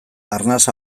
arnas